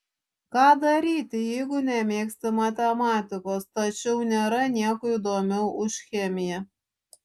ką daryti jeigu nemėgsti matematikos tačiau nėra nieko įdomiau už chemiją